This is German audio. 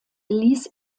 ließ